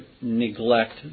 neglect